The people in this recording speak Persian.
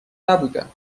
نبودم